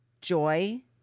joy